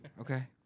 Okay